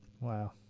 Wow